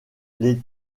les